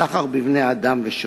סחר בבני-אדם ושוחד.